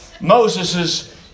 Moses's